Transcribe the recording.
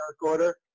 Order